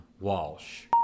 Walsh